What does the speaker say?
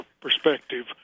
perspective